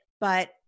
But-